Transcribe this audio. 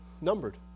numbered